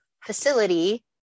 facility